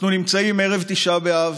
אנחנו נמצאים ערב תשעה באב,